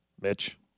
Mitch